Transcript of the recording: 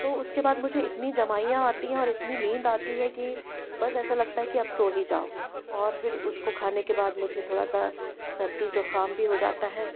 तो उसके बाद मुझे इतनी जमाईयाँ आती हैं और इतनी नींद आती है कि बस ऐसा लगता है कि अब सो ही जाऊँ और फिर उसको खाने के बाद मुझे थोड़ा सा सर्दी ज़ुख़ाम भी हो जाता है